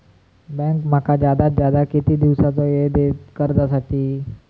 Bank माका जादात जादा किती दिवसाचो येळ देयीत कर्जासाठी?